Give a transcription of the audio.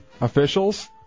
officials